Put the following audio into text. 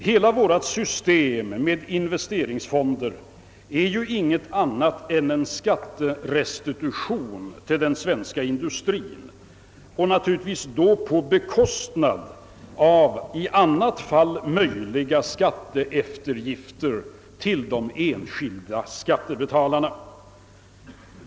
Hela vårt system med investeringsfonder är ingenting annat än en skatterestitution till den svenska industrien, naturligtvis på bekostnad av i annat fall möjliga skatteeftergifter för de enskilda skattebetalarna.